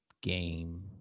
game